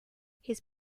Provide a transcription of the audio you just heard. his